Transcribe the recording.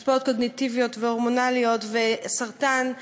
השפעות קוגניטיביות והורמונליות וסרטן.